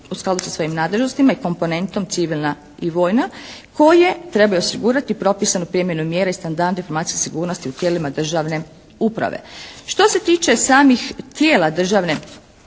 u skladu sa svojim nadležnostima i komponentom civilna i vojna, koje trebaju osigurati propisanu primjenu mjera i standarde informacijske sigurnosti u tijelima državne uprave. Što se tiče samih tijela državne